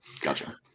Gotcha